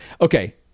Okay